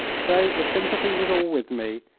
so the sympathy was all with me,